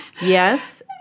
Yes